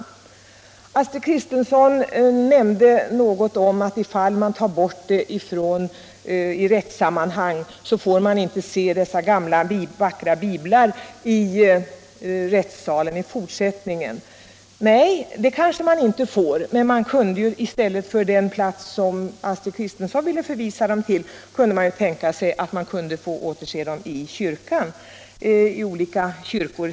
Fru Astrid Kristensson nämnde att om man tar bort eden ur rättssammanhang får man inte se dessa gamla vackra biblar i rättssalen i fortsättningen. Nej, det kanske man inte får. Men man kunde, i stället för den plats dit fru Kristensson ville förvisa dem, placera dem i olika kyrkor.